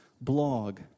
blog